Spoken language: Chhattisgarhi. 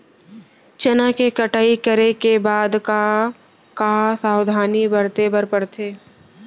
चना के कटाई करे के बाद का का सावधानी बरते बर परथे?